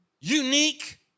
Unique